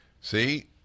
See